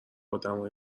آدمهای